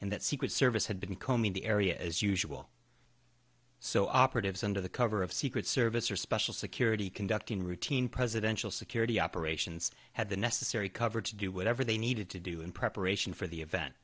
and that secret service had been combing the area as usual so operatives under the cover of secret service or special security conducting routine presidential security operations had the necessary cover to do whatever they needed to do in preparation for the event